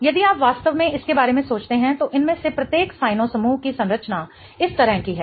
यदि आप वास्तव में इसके बारे में सोचते हैं तो इनमें से प्रत्येक साइनो समूह की संरचना इस तरह की है